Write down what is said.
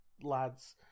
lads